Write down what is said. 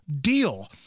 deal